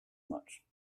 much